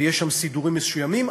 ויש שם סידורים מסוימים,